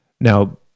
Now